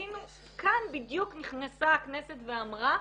כאן בדיוק נכנסה הכנסת ואמרה,